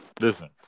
Listen